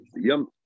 yum